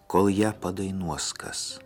kol ją padainuos kas